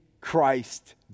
Christ